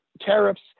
tariffs